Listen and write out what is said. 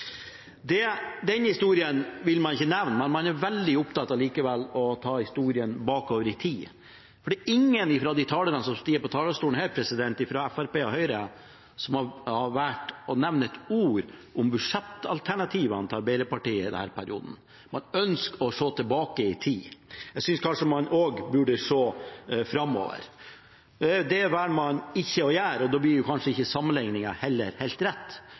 pst. Den historien vil man ikke nevne, men man er likevel veldig opptatt av å ta historien bakover i tid. Ingen av talerne fra Fremskrittspartiet og Høyre som har stått på talerstolen, har valgt å nevne et ord om budsjettalternativene til Arbeiderpartiet i denne perioden. Man ønsker å se tilbake i tid. Jeg synes kanskje man også burde se framover. Det velger man ikke å gjøre, og da blir kanskje ikke sammenlikningen helt rett.